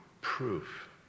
proof